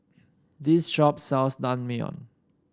this shop sells Naengmyeon